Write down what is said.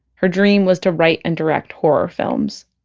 her dream was to write and direct horror films